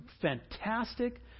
fantastic